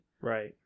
Right